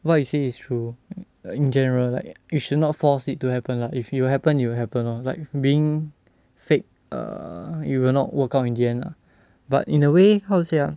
what you say is true in general like you should not force it to happen lah if it will happen it will happen lor like being fake err it will not work out in the end lah but in a way how to say ah